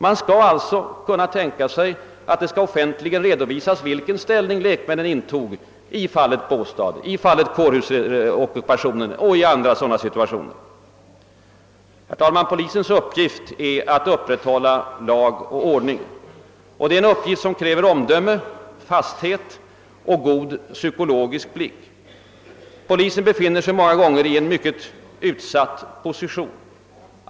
Man skall alltså kunna tänka sig att det offentligen redovisas vilken ställning lekmännen intog i fallet Båstad, i fallet kårhusockupationen och i andra sådana situationer. Herr talman! Polisens uppgift är att upprätthålla lag och ordning. Det är er uppgift som kräver omdöme, fasthet och god psykologisk blick. Polisen befinner sig många gånger i en mycket utsatt position.